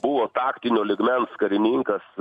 buvo taktinio lygmens karininkas